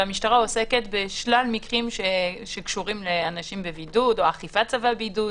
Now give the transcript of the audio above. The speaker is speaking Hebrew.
והמשטרה עוסקת בשלל מקרים שקשורים לאנשים בבידוד או אכיפת צווי בידוד.